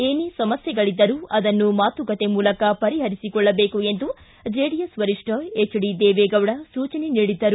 ಏನೇ ಸಮಸ್ಟೆಗಳಿದ್ದರೂ ಅದನ್ನು ಮಾತುಕತೆ ಮೂಲಕ ಪರಿಪರಿಸಿಕೊಳ್ಳಬೇಕು ಎಂದು ಜೆಡಿಎಸ್ ವರಿಷ್ಠ ಹೆಚ್ ಡಿ ದೇವೇಗೌಡ ಸೂಚನೆ ನೀಡಿದ್ದರು